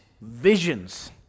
visions